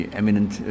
eminent